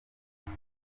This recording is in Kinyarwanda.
ibi